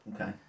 okay